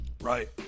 right